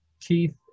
Keith